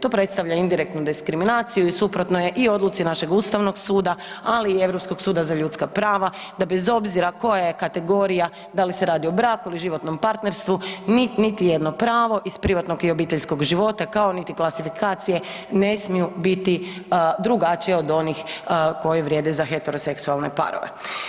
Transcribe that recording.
Tu predstavlja indirektnu diskriminaciju i suprotno je i odluci našeg Ustavnog suda ali i Europskog suda za ljudska prava da bez obzira koja je kategorija, da li se radi o braku ili životnom partnerstvu, niti jedno pravo iz privatnog i obiteljskog života kao niti klasifikacije ne smiju b iti drugačije od onih koje vrijede za heteroseksualne parove.